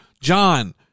John